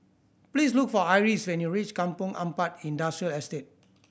please look for Iris when you reach Kampong Ampat Industrial Estate